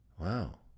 Wow